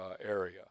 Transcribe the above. area